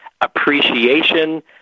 appreciation